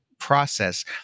process